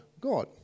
God